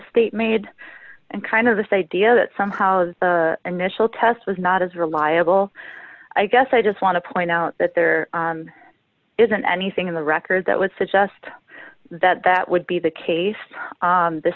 state made and kind of the stadia that somehow the initial test was not as reliable i guess i just want to point out that there isn't anything in the record that would suggest that that would be the case